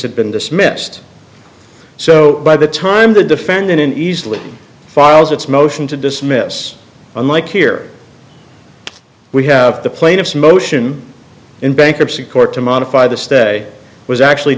had been dismissed so by the time the defendant in easley files its motion to dismiss unlike here we have the plaintiff's motion in bankruptcy court to modify the stay was actually